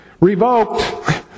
revoked